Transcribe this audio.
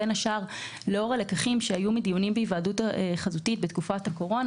בין השאר לאור הלקחים שהיו בדיונים בהיוועדות חזותית בתקופת הקורונה,